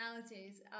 personalities